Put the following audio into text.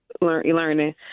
learning